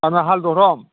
आंना हालधरम